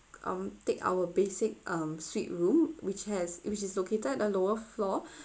um take our basic um suite room which has which is located at a lower floor